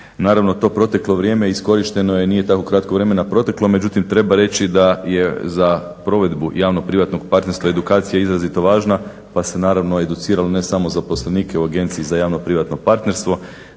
Naravno to proteklo vrijeme iskorišteno je, nije tako kratko vremena proteklo, međutim treba reći da je za provedbu javno-privatno partnerstva, edukacija izrazito važna. Pa se naravno educiralo ne samo zaposlenike u Agenciji za javno-privatno partnerstvo,